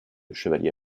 chevaliers